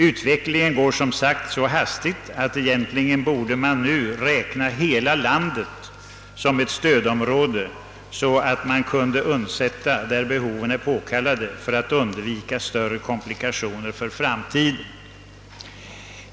Utvecklingen går så snabbt att man nu egentligen borde räkna hela landet som ett stödområde, så att man kan undsätta där det är av behovet påkallat för att undvika större komplikationer i framtiden.